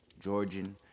Georgian